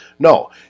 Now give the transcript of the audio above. No